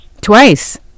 Twice